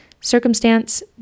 Circumstance